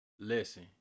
listen